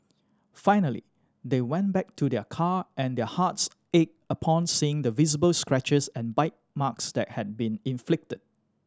finally they went back to their car and their hearts ached upon seeing the visible scratches and bite marks that had been inflicted